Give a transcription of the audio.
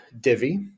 Divi